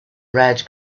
red